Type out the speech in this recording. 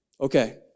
okay